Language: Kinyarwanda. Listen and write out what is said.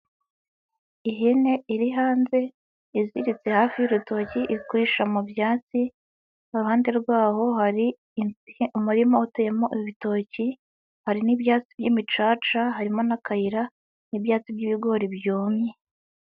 Ihene iri hanze iziritse hafi y'urutoki iri kurisha mu byatsi, iruhande rwaho hari umurima uteyemo ibitoki, hari n'ibyatsi by'imicaca, harimo n'akayira, n'ibyatsi by'ibigori byumye.